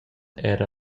era